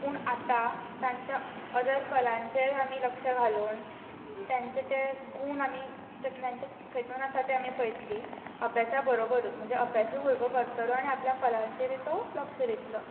पूण आतां तांच्या अदर कलांचेर आमी लक्ष घालून तांचे ते गूण आमी कितून आसा तें पळतलीं अभ्यासा बरोबर म्हणजे अभ्यासूय भुरगो करतलो आनी आपल्या कलांचेरूय तो लक्ष दितलो